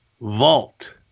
vault